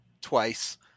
twice